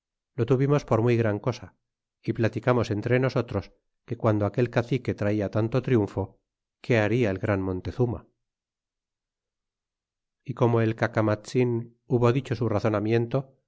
lo tuvimos por muy gran cosa y platicamos entre nosotros que guando aquel cacique trala tanto triunfo qué hada el gran montezurna y como el cacamatzin hubo dicho su razonamiento